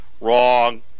Wrong